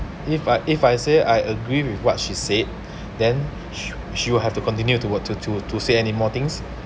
if I if I say I agree with what she said then she will have to continue to work to to to say anymore things